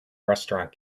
restaurant